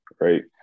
right